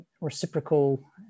reciprocal